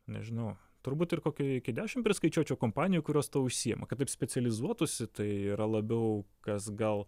nežinau turbūt ir kokia iki dešim priskaičiuočiau kompanijų kurios tuo užsiema kad taip specializuotųsi tai yra labiau kas gal